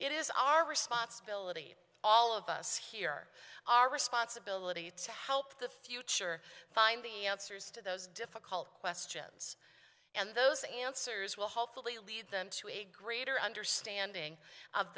it is our responsibility all of us here are our responsibility to help the future find the answers to those difficult questions and those answers will hopefully lead them to a greater understanding of